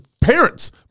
parents